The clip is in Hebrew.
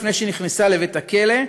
לפני שנכנסה לבית הכלא,